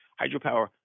Hydropower